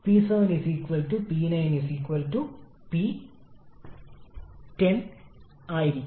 അതിനാൽ അതിന്റെ താപനില കുറയുന്നു അതിനാൽ പോയിന്റ് 3 ലെ താപനില പോയിന്റ് 2 ലെ താപനിലയേക്കാൾ കുറവാണ്